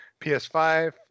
PS5